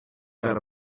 got